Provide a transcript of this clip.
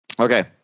Okay